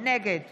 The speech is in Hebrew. נגד